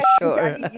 sure